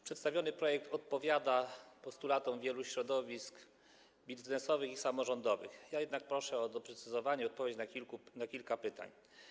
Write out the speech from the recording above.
Przedstawiony projekt odpowiada na postulaty wielu środowisk biznesowych i samorządowych, jednak proszę o doprecyzowanie, o odpowiedź na kilka pytań.